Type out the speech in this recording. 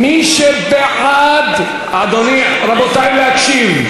מי שבעד, אדוני, רבותי, להקשיב.